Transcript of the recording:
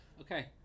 Okay